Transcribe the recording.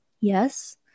Yes